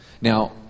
Now